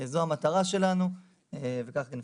זו המטרה שלנו וכך נפעל.